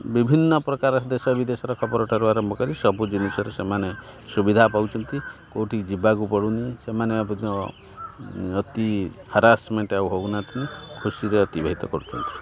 ବିଭିନ୍ନ ପ୍ରକାର ଦେଶ ବିଦେଶର ଖବରଠାରୁ ଆରମ୍ଭ କରି ସବୁ ଜିନିଷରେ ସେମାନେ ସୁବିଧା ପାଉଛନ୍ତି କେଉଁଠି ଯିବାକୁ ପଡ଼ୁନି ସେମାନେ ମଧ୍ୟ ଅତି ହାରାଶମେଣ୍ଟ୍ ଆଉ ହଉନାହାଁନ୍ତି ଖୁସିରେ ଅତିବାହିତ କରୁଛନ୍ତି